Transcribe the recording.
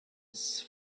his